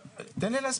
תן לי להסביר.